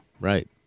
right